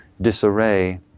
disarray